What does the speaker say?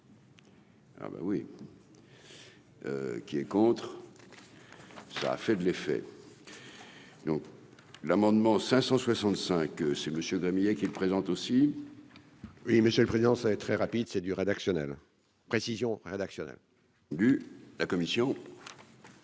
Ah bah oui, qui est contre, ça a fait de l'effet donc. L'amendement 565 c'est monsieur Gagnier qui le présente aussi. Oui, monsieur le Président, ça est très rapide, c'est du rédactionnel précision rédactionnelle. Du la commission.